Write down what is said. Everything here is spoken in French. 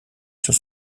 sur